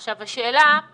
עכשיו השאלה היא